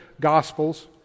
Gospels